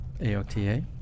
AOTA